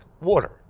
water